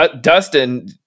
Dustin